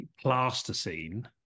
plasticine